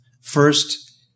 First